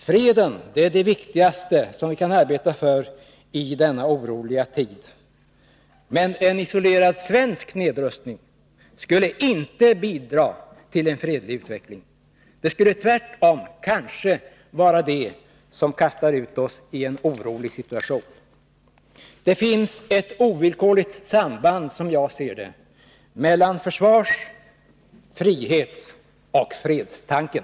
Freden är det viktigaste vi kan arbeta för i denna oroliga tid. Men en isolerad svensk nedrustning skulle inte bidra till en fredlig utveckling. Det skulle tvärtom kanske vara det som kastade oss ut i en orolig situation. Det finns ett ovillkorligt samband, som jag ser det, mellan försvars-, frihetsoch fredstanken.